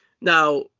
now